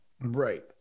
Right